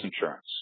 insurance